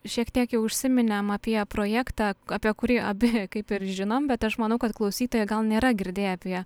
šiek tiek jau užsiminėm apie projektą apie kurį abi kaip ir žinom bet aš manau kad klausytojai gal nėra girdėję apie